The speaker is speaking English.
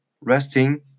resting